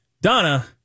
Donna